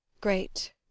great